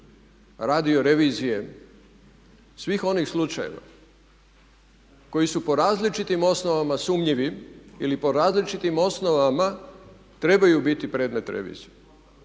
radio revizije svih onih slučajeva koji su po različitim osnovama sumnjivi ili po različitim osnovama trebaju biti predmet revizije